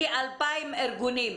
כ-2,000 ארגונים.